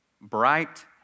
Bright